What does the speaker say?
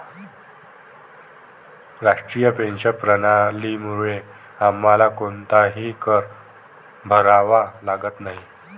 राष्ट्रीय पेन्शन प्रणालीमुळे आम्हाला कोणताही कर भरावा लागत नाही